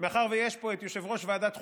מאחר שיש פה יושב-ראש ועדת חוקה,